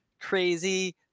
crazy